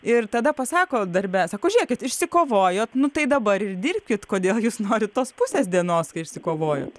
ir tada pasako darbe sako žiūrėkit išsikovojot nu tai dabar ir dirbkit kodėl jūs norit tos pusės dienos kai išsikovojot